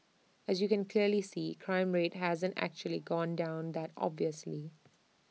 as you can clearly see crime rate hasn't actually gone down that obviously